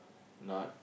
not